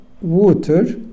water